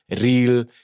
real